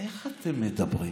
איך אתם מדברים?